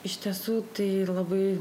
iš tiesų tai labai